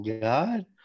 God